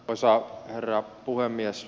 arvoisa herra puhemies